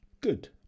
Good